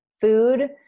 food